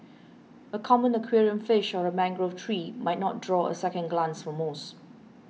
a common aquarium fish or a mangrove tree might not draw a second glance from most